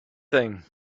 thing